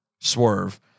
swerve